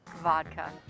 vodka